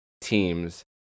teams